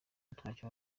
ntacyo